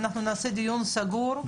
נעשה דיון סגור,